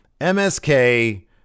MSK